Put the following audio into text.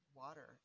water